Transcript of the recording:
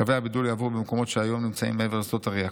קווי הבידול יעברו במקומות שהיום נמצאים מעבר לשדות הראייה.